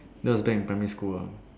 that was back in primary school ah